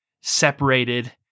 separated